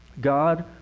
God